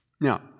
Now